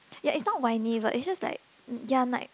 ya is not whiny but is just like ya like